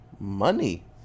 Money